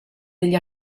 degli